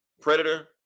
Predator